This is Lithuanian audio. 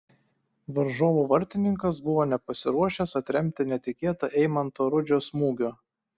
varžovų vartininkas buvo nepasiruošęs atremti netikėtą eimanto rudžio smūgio